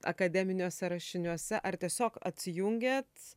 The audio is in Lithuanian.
akademiniuose rašiniuose ar tiesiog atsijungiat